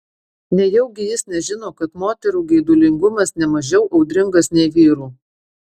nejaugi jis nežino kad moterų geidulingumas ne mažiau audringas nei vyrų